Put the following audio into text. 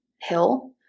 hill